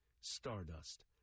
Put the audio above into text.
Stardust